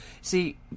See